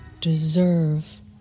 deserve